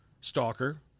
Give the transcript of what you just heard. stalker